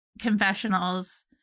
Confessionals